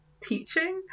teaching